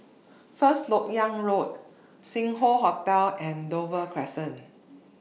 First Lok Yang Road Sing Hoe Hotel and Dover Crescent